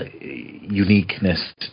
uniqueness